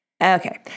Okay